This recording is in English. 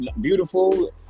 beautiful